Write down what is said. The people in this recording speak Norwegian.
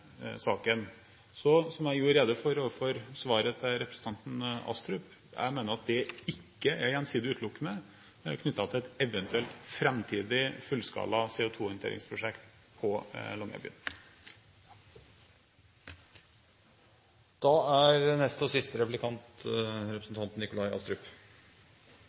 saken. Som jeg redegjorde for i svaret til representanten Astrup, mener jeg at det ikke er gjensidig utelukkende knyttet til et eventuelt framtidig fullskala CO2-håndteringsprosjekt i Longyearbyen. Statsråden er meget opptatt av å iverksette rensing av sot, svovel og